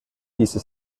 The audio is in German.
diese